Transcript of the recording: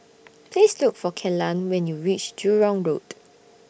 Please Look For Kellan when YOU REACH Jurong Road